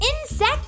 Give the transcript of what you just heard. Insect